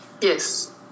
yes